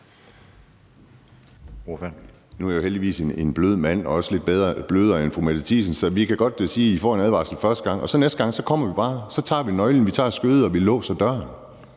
Nu er jeg heldigvis en blød mand, også lidt blødere end fru Mette Thiesen, så vi kan godt sige, at man får en advarsel første gang. Og næste gang kommer vi bare; så tager vi nøglen, vi tager skødet, og vi låser døren,